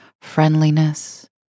friendliness